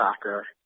soccer